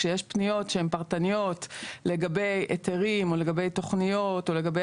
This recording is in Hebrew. כשיש פניות שהן פרטניות לגבי היתרים או לגבי תכניות או לגבי